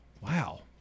Wow